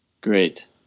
Great